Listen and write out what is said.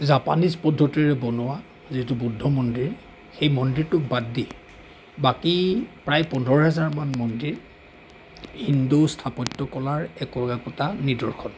Japanese পদ্ধতিৰে বনোৱা যিটো বুদ্ধ মন্দিৰ সেই মন্দিৰটো বাদ দি বাকী প্ৰায় পোন্ধৰ হেজাৰমান মন্দিৰ হিন্দু স্থাপত্য কলাৰ একো একোটা নিদৰ্শন